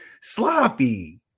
sloppy